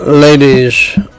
Ladies